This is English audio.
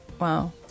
Wow